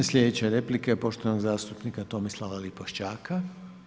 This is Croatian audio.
I sljedeća replika je poštovanog zastupnika Tomislava Lipoščaka.